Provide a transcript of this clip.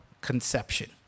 conception